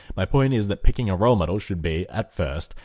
my point is that picking a role model should be, at first,